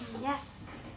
Yes